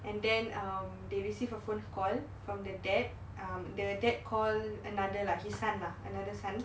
and then um they receive a phone call from the dad um the dad call another lah his son lah another son